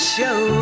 Show